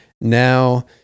now